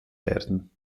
werden